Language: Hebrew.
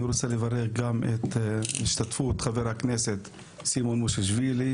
אני רוצה לברך גם על השתתפות חבר הכנסת סימון מושיאשוילי,